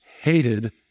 hated